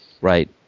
Right